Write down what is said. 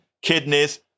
kidneys